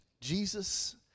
Jesus